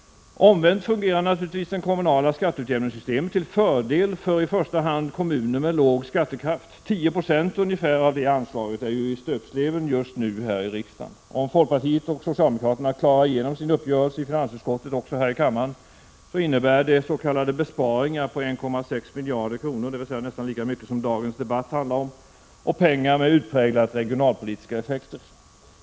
Omvänt fungerar naturligtvis det kommunala skatteutjämningssystemet till fördel för i första hand kommuner med låg skattekraft. Ungefär 10 96 av det anslaget är ju i stöpsleven just nu här i riksdagen. Om folkpartiet och socialdemokraterna klarar igenom sin uppgörelse i finansutskottet också här i kammaren, innebär detta s.k. besparingar på 1,6 miljarder — dvs. nästan lika mycket som dagens debatt handlar om — och pengar med utpräglat regionalpolitiska effekter.